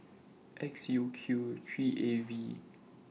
X U Q three A V